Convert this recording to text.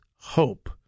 hope